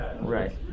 Right